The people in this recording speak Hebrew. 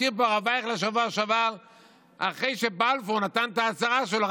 הזכיר פה הרב אייכלר בשבוע שעבר שאחרי שבלפור נתן את ההצהרה שלו,